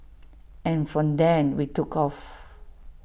and from then we took off